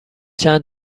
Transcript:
چند